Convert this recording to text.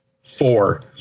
Four